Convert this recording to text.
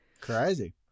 Crazy